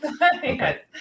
Yes